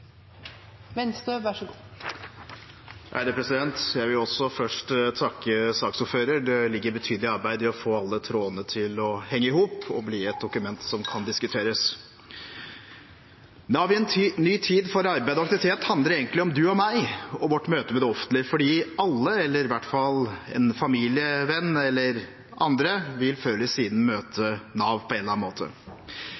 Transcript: Jeg vil også først takke saksordføreren. Det ligger betydelig arbeid i å få alle trådene til å henge i hop og bli et dokument som kan diskuteres. Nav i en ny tid – for arbeid og aktivitet handler egentlig om du og meg og vårt møte med det offentlige, for alle – i hvert fall en familievenn eller andre – vil før eller siden møte